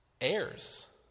Heirs